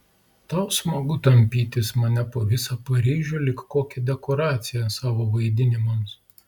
tau smagu tampytis mane po visą paryžių lyg kokią dekoraciją savo vaidinimams